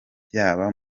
byaba